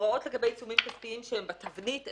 והוראות לגבי עיצומים כספיים שהן בתבנית,